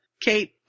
Kate